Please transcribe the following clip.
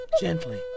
gently